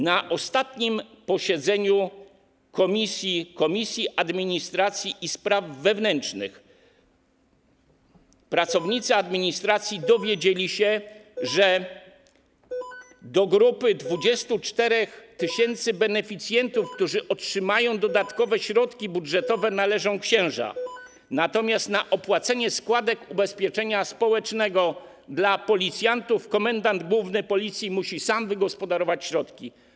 Na ostatnim posiedzeniu Komisji Administracji i Spraw Wewnętrznych pracownicy administracji dowiedzieli się, że do grupy 24 tys. beneficjentów, którzy otrzymają dodatkowe środki budżetowe, należą księża, natomiast na opłacenie składek na ubezpieczenie społeczne policjantów komendant główny Policji musi wygospodarować środki sam.